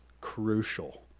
crucial